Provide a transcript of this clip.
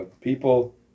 people